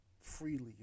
freely